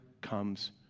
comes